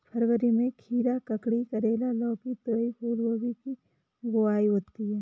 फरवरी में खीरा, ककड़ी, करेला, लौकी, तोरई, फूलगोभी की बुआई होती है